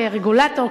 כרגולטור,